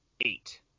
eight